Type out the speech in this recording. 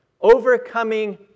overcoming